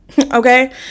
Okay